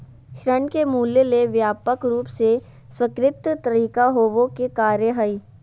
ऋण के मूल्य ले व्यापक रूप से स्वीकृत तरीका होबो के कार्य हइ